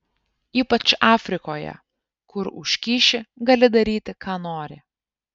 ypač afrikoje kur už kyšį gali daryti ką nori